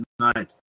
tonight